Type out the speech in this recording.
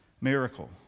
miracle